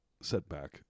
setback